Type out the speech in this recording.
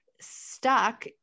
stuck